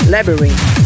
Labyrinth